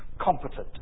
competent